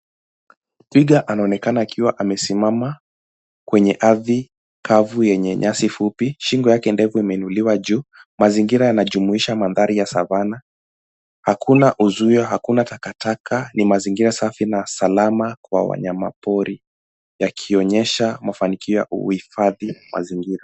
Twiga anaonekana akiwa amesimama kwenye ardhi kavu yenye nyasi fupi; shingo yake ndefu imeinuliwa juu. Mazingira yanajumuisha mandhari ya savana. Hakuna uzio, hakuna takataka ni mazingira safi na salama kwa wanyama pori yakionyesha mafanikio ya uhifadhi mazingira.